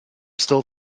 still